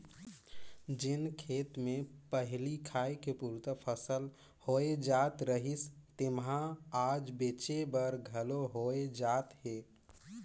जेन खेत मे पहिली खाए के पुरता फसल होए जात रहिस तेम्हा आज बेंचे बर घलो होए जात हे